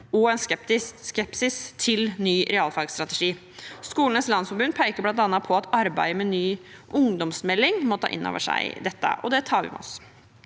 og skepsis til ny realfagsstrategi. Skolenes landsforbund pekte bl.a. på at arbeidet med en ny ungdomsmelding må ta innover seg dette,